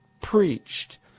preached